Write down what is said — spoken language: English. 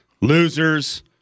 losers